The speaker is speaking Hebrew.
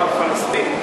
הוא אמר: פלסטינים,